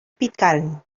pitcairn